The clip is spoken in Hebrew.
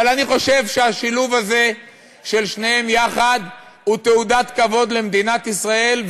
אבל אני חושב שהשילוב הזה של שניהם יחד הוא תעודת כבוד למדינת ישראל,